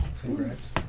Congrats